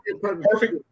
Perfect